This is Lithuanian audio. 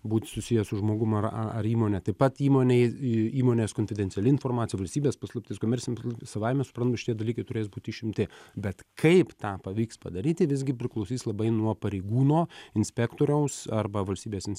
būt susijęs su žmogum ar a ar įmonė taip pat įmonei įmonės konfidenciali informacija valstybės paslaptis komercin pl savaime supran šitie dalykai turės būt išimti bet kaip tą pavyks padaryti visgi priklausys labai nuo pareigūno inspektoriaus arba valstybės ins